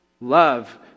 Love